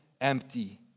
empty